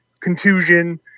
contusion